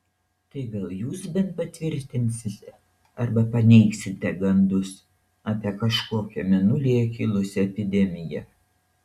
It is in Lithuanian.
tai gal jūs bent patvirtinsite arba paneigsite gandus apie kažkokią mėnulyje kilusią epidemiją